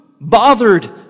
bothered